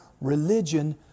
religion